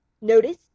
Notice